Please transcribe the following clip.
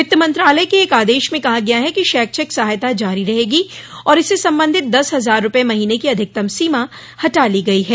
वित्त मंत्रालय के एक आदेश में कहा गया है कि शैक्षिक सहायता जारी रहेगी और इससे संबंधित दस हजार रूपये महीने की अधिकतम सीमा हटा ली गई है